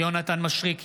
יונתן מישרקי,